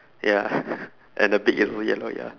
ya and the beak yellow yellow ya